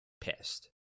pissed